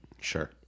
Sure